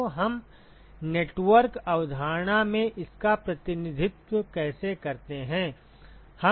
तो हम नेटवर्क अवधारणा में इसका प्रतिनिधित्व कैसे करते हैं